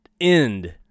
end